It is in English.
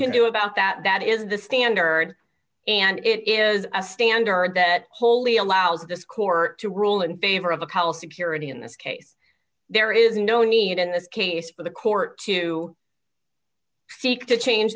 can do about that that is the standard and it is a standard that wholly allows this court to rule in favor of a callous security in this case there is no need in this case for the court to seek to change